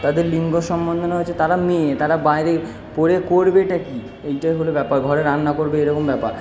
তাদের লিঙ্গ তারা মেয়ে তার বাইরে পড়ে করবেটা কি এইটাই হলো ব্যাপার ঘরে রান্না করবে এরকম ব্যাপার